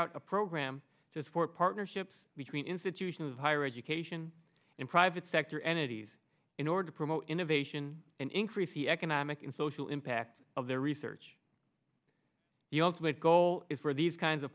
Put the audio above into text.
out a program just for partnerships between institutions of higher education in private sector entities in order to promote innovation and increase the economic and social impact of their research the ultimate goal is for these kinds of